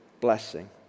blessing